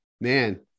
man